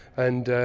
and